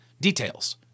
details